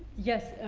yes. ah,